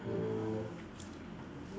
mm